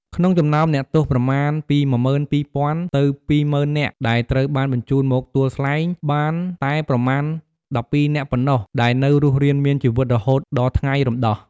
ក្នុងចំណោមអ្នកទោសប្រមាណពី ១២០០០ ទៅ ២០០០០ នាក់ ដែលត្រូវបានបញ្ជូនមកទួលស្លែង មានតែប្រមាណ ១២ នាក់ប៉ុណ្ណោះដែលនៅរស់រានមានជីវិតរហូតដល់ថ្ងៃរំដោះ។